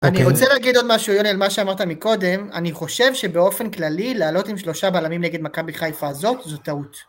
אני רוצה להגיד עוד משהו יוני על מה שאמרת מקודם, אני חושב שבאופן כללי, לעלות עם שלושה בלמים נגד מכבי חיפה הזאת, זו טעות.